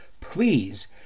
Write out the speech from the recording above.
please